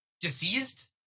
Deceased